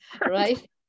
right